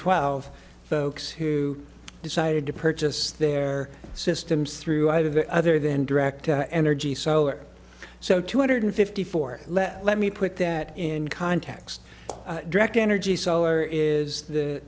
twelve folks who decided to purchase their systems through either other than direct energy solar so two hundred fifty four let me put that in context direct energy solar is the